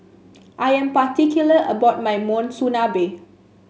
I am particular about my Monsunabe